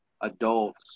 adults